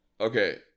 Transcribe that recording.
Okay